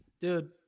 dude